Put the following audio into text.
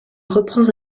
reprends